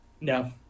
No